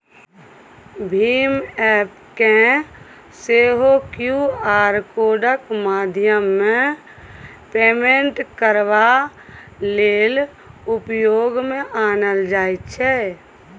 भीम app केँ सेहो Q R कोडक माध्यमेँ पेमेन्ट करबा लेल उपयोग मे आनल जाइ छै